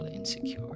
insecure